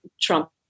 Trump